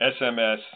SMS